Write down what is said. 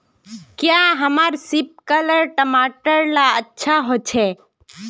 क्याँ हमार सिपकलर टमाटर ला अच्छा होछै?